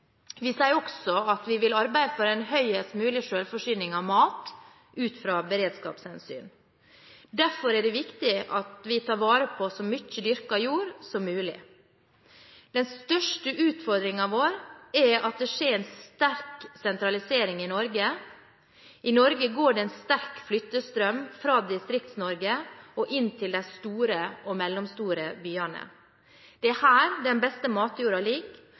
Vi sier også at vi vil arbeide for en størst mulig selvforsyning av mat ut fra beredskapshensyn. Derfor er det viktig at vi tar vare på så mye dyrket jord som mulig. Den største utfordringen vår er at det skjer en sterk sentralisering i Norge. I Norge går det en sterk flyttestrøm fra Distrikts-Norge og inn til de store og mellomstore byene. Det er her den beste matjorda ligger,